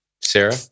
Sarah